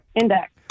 Index